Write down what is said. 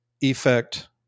effect